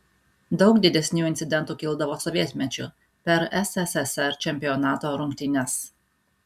daug didesnių incidentų kildavo sovietmečiu per sssr čempionato rungtynes